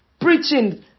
Preaching